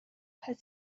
has